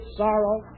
sorrow